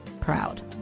proud